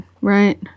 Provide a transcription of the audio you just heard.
right